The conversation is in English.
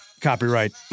copyright